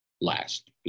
last